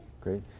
Great